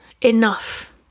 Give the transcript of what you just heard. enough